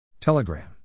Telegram